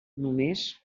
només